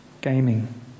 gaming